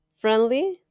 Friendly